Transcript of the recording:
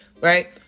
Right